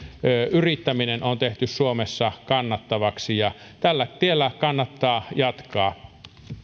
yrittämistä on tehty suomessa kannattavaksi tällä tiellä kannattaa jatkaa